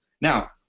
Now